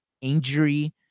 injury